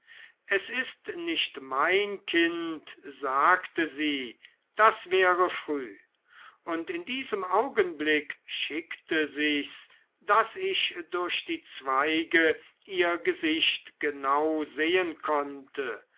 es ist nicht mein kind sagte sie das wäre früh und in diesem augenblick schickte sich's daß ich durch die zweige ihr gesicht genau sehen konnte